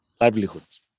livelihoods